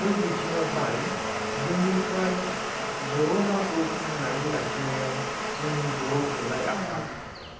बै बिथिङावहाय जोंनिफ्राय बर' रावखौ फोथांनानै लाखिनायाव जोंनि बर' थुनलाइ आफाद